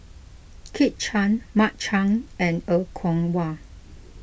Kit Chan Mark Chan and Er Kwong Wah